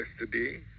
yesterday